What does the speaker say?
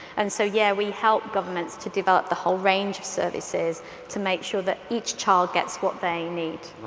and so yeah, we help governments to develop the whole range of services to make sure that each child gets what they need.